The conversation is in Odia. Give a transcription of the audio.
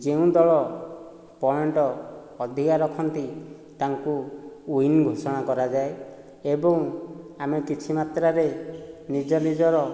ଯେଉଁ ଦଳ ପଏଣ୍ଟ ଅଧିକା ରଖନ୍ତି ତାଙ୍କୁ ୱିନ୍ ଘୋଷଣା କରାଯାଏ ଏବଂ ଆମେ କିଛି ମାତ୍ରାରେ ନିଜ ନିଜର